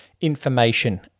information